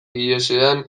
ihesean